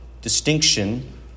distinction